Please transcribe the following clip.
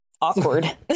Awkward